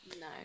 No